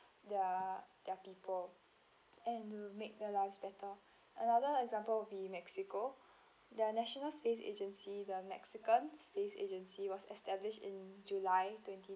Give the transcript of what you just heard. their their people and make their lives better another example will be mexico their national space agency the mexican space agency was established in july twenty